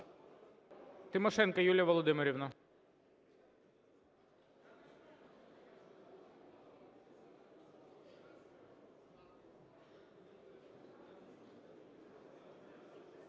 Тимошенко Юлія Володимирівна.